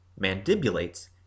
mandibulates